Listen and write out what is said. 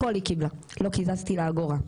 הכול קיבלה, לא קיזזתי לה אגורה.